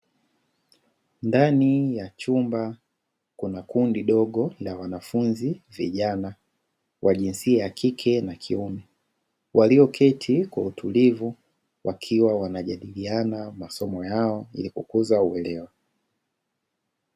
Ndani ya chumba kuna kundi dogo la wanafunzi vijana wa jinsia ya kike na kiume walioketi kwa utulivu wakiwa wanajadiliana masomo yao ilikukuza uelewa.